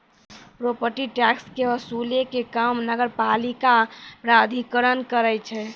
property tax के वसूलै के काम नगरपालिका प्राधिकरण करै छै